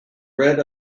red